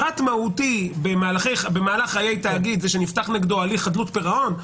פרט מהותי במהלך חיי תאגיד זה שנפתח נגדו הליך חדלות פירעון,